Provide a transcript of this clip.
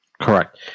Correct